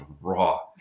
raw